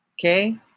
Okay